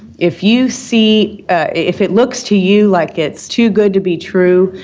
if you see if it looks to you like it's too good to be true,